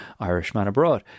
Irishmanabroad